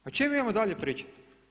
O čem imamo dalje pričati?